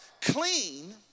clean